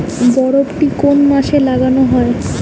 বরবটি কোন মাসে লাগানো হয়?